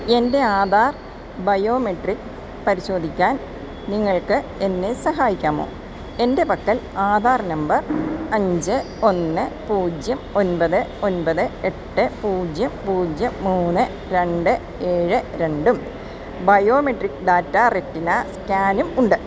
എൻ്റെ ആധാർ ബയോമെട്രിക് പരിശോധിക്കാൻ നിങ്ങൾക്ക് എന്നെ സഹായിക്കാമോ എൻ്റെ പക്കൽ ആധാർ നമ്പർ അഞ്ച് ഒന്ന് പൂജ്യം ഒൻപത് ഒൻപത് എട്ട് പൂജ്യം പൂജ്യം മൂന്ന് രണ്ട് ഏഴ് രണ്ടും ബയോമെട്രിക് ഡാറ്റ റെറ്റിന സ്കാനും ഉണ്ട്